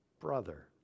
brother